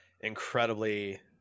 incredibly